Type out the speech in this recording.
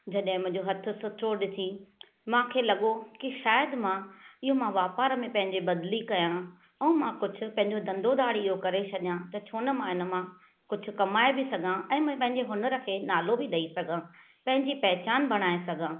जड॒हिं मुंहिंजो हथु सुठो डि॒ठी मूंखे लगो॒ की शाइद मां इहो मां वापार में पंहिंजे बदली कयां ऐं मां कुझु पंहिंजो धंधो दाड़ी जो कुझु करे छडि॒यां त छो न मां इन मां कुझु कमाए बि सघां ऐं मां पंहिंजे हुनर खे नालो बि डे॒ई सघां पंहिंजी पहिचान बणाए सघां